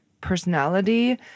personality